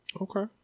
okay